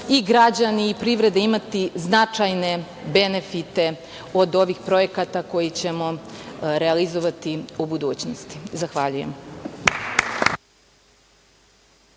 i građani i privreda imati značajne benefite od ovih projekata koje ćemo realizovati u budućnosti. Zahvaljujem.